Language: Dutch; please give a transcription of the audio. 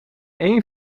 één